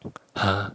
!huh!